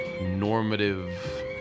normative